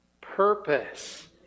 purpose